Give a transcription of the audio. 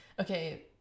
okay